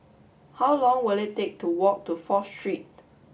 how long will it take to walk to Fourth Street